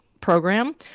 program